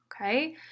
Okay